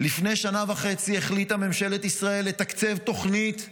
לפני שנה וחצי החליטה ממשלת ישראל לתקצב תוכנית רב-שנתית,